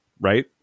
right